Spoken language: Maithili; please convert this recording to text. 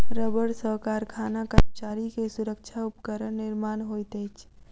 रबड़ सॅ कारखाना कर्मचारी के सुरक्षा उपकरण निर्माण होइत अछि